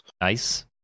Nice